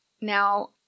Now